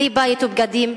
כלי בית ובגדים,